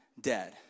dead